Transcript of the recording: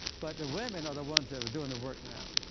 but the women are the ones that are doing the work now.